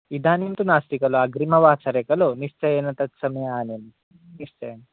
इदानीं तु नास्ति खलु अग्रमिवासरे खलु निश्चयेन तद् समये आनीमः निश्चयेन